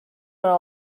are